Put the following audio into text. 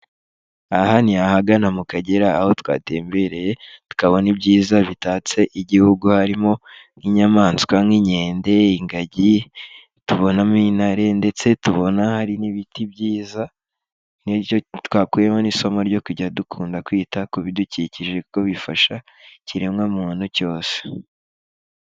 Aha ni ahagana mu kagera aho twatembereye tukabona ibyiza bitatse igihugu, harimo nk'inyamaswa nk'inkende, ingagi, tubonamo intare, ndetse tubona hari n'ibiti byiza, ni byo twakuyemo n'isomo ryo kujya dukunda kwita ku bidukikije kuko bifasha ikiremwamuntu cyose.